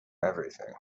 everything